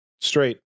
straight